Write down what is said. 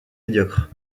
médiocres